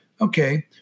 okay